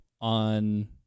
on